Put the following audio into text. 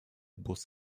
bus